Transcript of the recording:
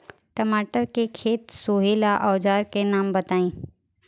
टमाटर के खेत सोहेला औजर के नाम बताई?